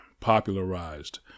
popularized